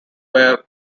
where